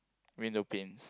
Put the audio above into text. window pins